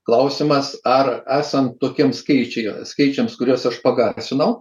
klausimas ar esant tokiam skaičiuje skaičiams kuriuos aš pagarsinau